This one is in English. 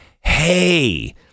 Hey